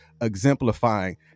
exemplifying